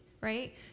right